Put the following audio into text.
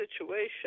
situation